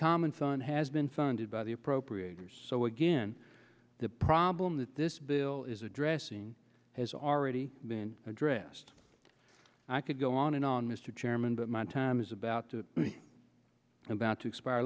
common son has been funded by the appropriators so again the problem that this bill is addressing has already been addressed i could go on and on mr chairman but my time is about to be about to expire